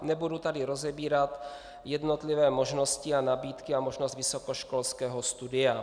Nebudu tady rozebírat jednotlivé možnosti a nabídky a možnost vysokoškolského studia.